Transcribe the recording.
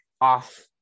off